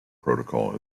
protocol